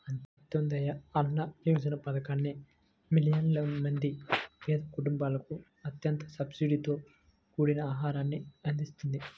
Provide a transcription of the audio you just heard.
అంత్యోదయ అన్న యోజన పథకాన్ని మిలియన్ల మంది పేద కుటుంబాలకు అత్యంత సబ్సిడీతో కూడిన ఆహారాన్ని అందిస్తుంది